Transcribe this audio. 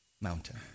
mountain